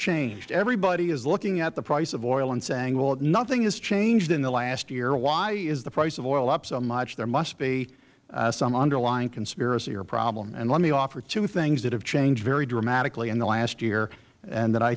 changed everybody is looking at the price of oil and saying well nothing has changed in the last year why is the price of oil up so much there must be some underlying conspiracy or problem let me offer two things that have changed very dramatically in the last year and that i